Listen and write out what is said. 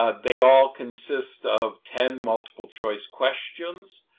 ah they all consist of ten multiple-choice questions.